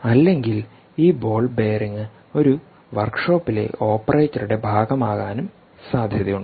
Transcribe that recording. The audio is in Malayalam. അല്ലെങ്കിൽ ഈ ബോൾ ബെയറിംഗ് ഒരു വർക്ക്ഷോപ്പിലെ ഓപ്പറേറ്ററുടെ ഭാഗമാകാനും സാധ്യതയുണ്ട്